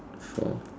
four